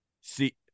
See